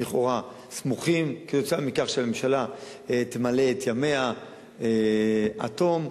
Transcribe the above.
לכאורה סמוכות כתוצאה מכך שהממשלה תמלא את ימיה עד תום,